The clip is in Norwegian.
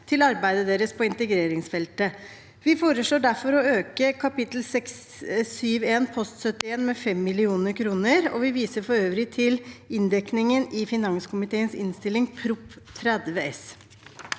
til arbeidet deres på integreringsfeltet. Vi foreslår derfor å øke kapittel 671 post 71 med 5 mill. kr, og vi viser for øvrig til inndekningen i finanskomiteens innstilling til Prop. 30